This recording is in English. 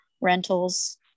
rentals